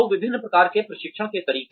तो विभिन्न प्रकार के प्रशिक्षण के तरीके